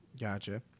Gotcha